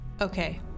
okay